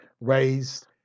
raised